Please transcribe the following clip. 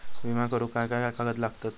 विमा करुक काय काय कागद लागतत?